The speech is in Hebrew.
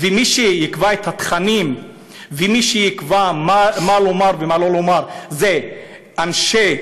ומי שיקבע את התכנים ומי שיקבע מה לומר ומה לא לומר זה אנשי